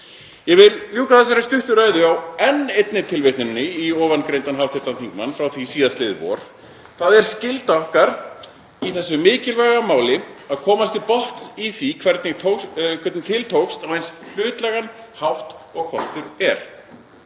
Ég vil ljúka þessari stuttu ræðu á enn einni tilvitnuninni í ofangreindan hv. þingmann frá því síðastliðið vor: „Það er skylda okkar að í þessu mikilvæga máli verði komist til botns í hvernig til tókst á eins hlutlægan hátt og kostur er.“